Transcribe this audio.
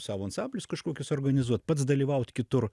savo ansamblius kažkokius organizuot pats dalyvaut kitur